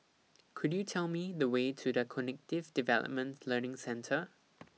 Could YOU Tell Me The Way to The Cognitive Development Learning Centre